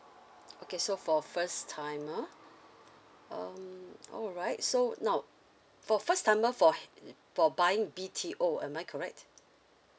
okay so for first timer um alright so now for first timer for h~ for buying B_T_O am I correct